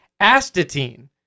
astatine